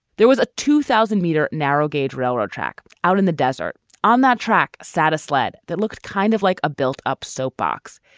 there was a two thousand meter narrow gauge railroad track. out in the desert on that track satta sled that looked kind of like a built up soapbox.